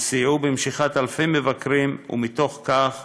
שסייעו במשיכת אלפי מבקרים, ומתוך כך